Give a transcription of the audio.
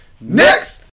Next